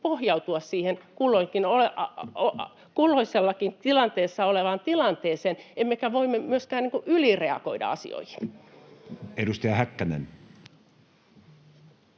pohjautua siihen kulloinkin olevaan tilanteeseen, emmekä voi myöskään ylireagoida asioihin. [Vasemmalta: